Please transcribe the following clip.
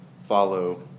follow